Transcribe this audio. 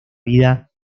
vida